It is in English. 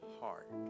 heart